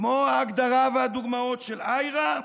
כמו ההגדרה והדוגמאות של IHRA,